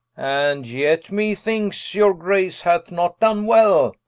and yet me thinks, your grace hath not done well,